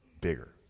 bigger